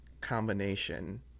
combination